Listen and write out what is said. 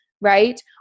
Right